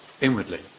inwardly